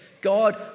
God